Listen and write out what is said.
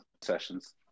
sessions